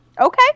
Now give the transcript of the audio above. Okay